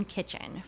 Kitchen